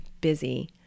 busy